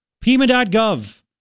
Pima.gov